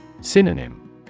Synonym